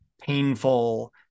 painful